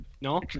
no